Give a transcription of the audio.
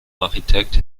architekt